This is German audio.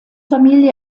familie